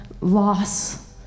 loss